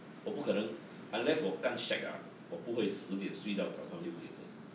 我不可能 unless 我干 shag ah 我不会十点睡到早上六点的